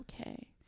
Okay